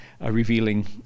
revealing